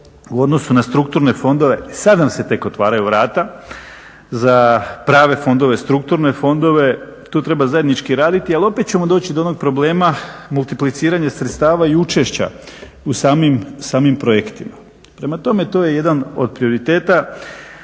u odnosu na strukturne fondove, sad nam se tek otvaraju vrata za prave fondove, strukturne fondove. Tu treba zajednički raditi, ali opet ćemo doći do onog problema multipliciranja sredstava i učešća u samim projektima. Prema tome, to je jedan od prioriteta